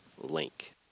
link